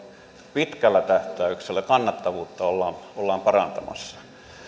pitkällä tähtäyksellä kannattavuutta ollaan ollaan parantamassa